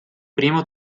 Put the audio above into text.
primo